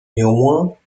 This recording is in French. néanmoins